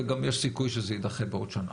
וגם יש סיכוי שזה יידחה בעוד שנה.